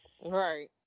Right